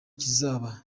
kizaba